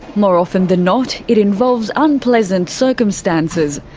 more often than not, it involves unpleasant circumstances,